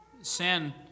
sin